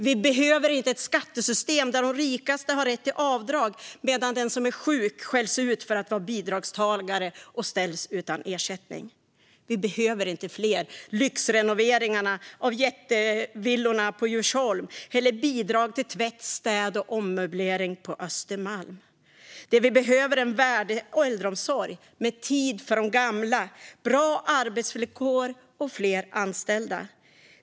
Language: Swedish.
Vi behöver inte ett skattesystem där de rikaste har rätt till avdrag medan den som är sjuk skälls ut för att vara bidragstagare och ställs utan ersättning. Vi behöver inte fler lyxrenoveringar av jättevillorna på Djursholm eller bidrag till tvätt, städning och ommöblering på Östermalm. Det vi behöver är en värdig äldreomsorg med tid för de gamla, bra arbetsvillkor och fler anställda.